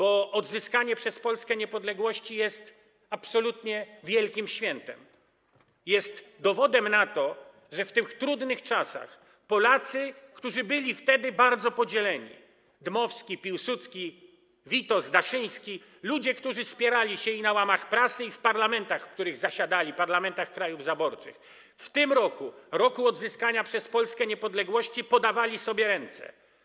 Odzyskanie przez Polskę niepodległości jest absolutnie wielkim świętem, jest dowodem na to, że w tych trudnych czasach Polacy, którzy byli wtedy bardzo podzieleni: Dmowski, Piłsudski, Witos, Daszyński - ludzie, którzy spierali się i na łamach prasy, i w parlamentach, w których zasiadali, parlamentach krajów zaborczych, w roku odzyskania przez Polskę niepodległości podawali sobie ręce.